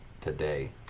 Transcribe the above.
today